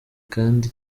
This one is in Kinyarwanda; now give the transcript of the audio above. kandi